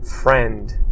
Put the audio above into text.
friend